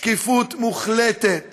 שקיפות מוחלטת